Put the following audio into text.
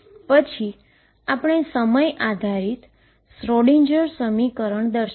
પછી આપણે સમય આધારિત શ્રોડિંજર સમીકરણ દર્શાવ્યુ